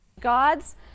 gods